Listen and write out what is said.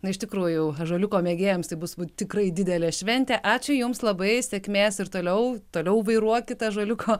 na iš tikrųjų ąžuoliuko mėgėjams tai bus tikrai didelė šventė ačiū jums labai sėkmės ir toliau toliau vairuokit ąžuoliuko